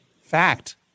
fact